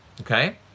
Okay